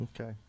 okay